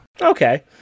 Okay